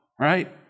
right